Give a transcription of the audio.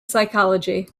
psychology